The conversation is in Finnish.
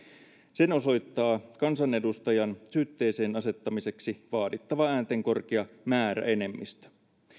sen osoittaa kansanedustajan syytteeseen asettamiseksi vaadittava äänten korkea määräenemmistö